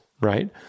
right